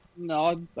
No